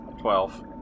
Twelve